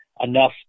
enough